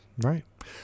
Right